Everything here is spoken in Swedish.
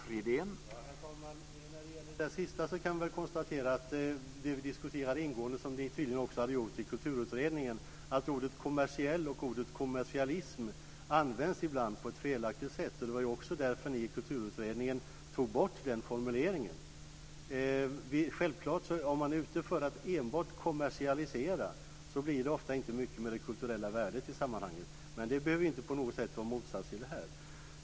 Herr talman! När det gäller det sista kan vi konstatera att det vi diskuterade ingående - som ni tydligen också hade gjort i Kulturutredningen - var att ordet kommersiell och ordet kommersialism ibland används på ett felaktigt sätt. Det var också därför ni i Kulturutredningen tog bort den formuleringen. Om man är ute efter att enbart kommersialisera, blir det ofta inte mycket med det kulturella värdet i sammanhanget. Men det behöver inte på något sätt vara en motsats till det här.